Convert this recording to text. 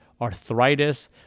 arthritis